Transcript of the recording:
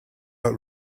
but